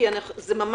כי זה ממש